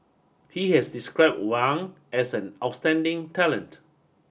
he has described Wang as an outstanding talent